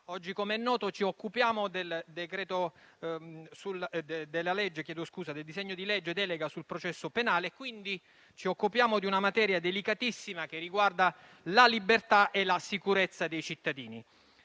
Oggi, come è noto, ci occupiamo del disegno di legge delega sul processo penale. Ci occupiamo, quindi, di una materia delicatissima, che riguarda la libertà e la sicurezza dei cittadini.